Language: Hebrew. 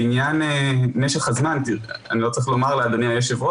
לעניין משך הזמן אני לא צריך לומר לאדוני היושב-ראש